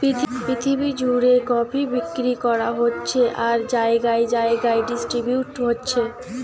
পৃথিবী জুড়ে কফি বিক্রি করা হচ্ছে আর জাগায় জাগায় ডিস্ট্রিবিউট হচ্ছে